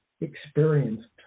experienced